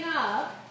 up